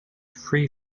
free